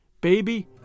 baby